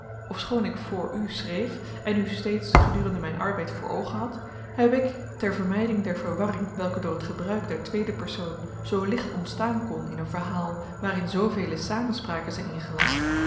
ofschoon ik voor u schreef en u steeds gedurende mijn arbeid voor oogen had heb ik ter vermijding der verwarring welke door het gebruik der tweede persoon zoo licht ontstaan kon in een verhaal waarin zoovele samenspraken zijn ingelascht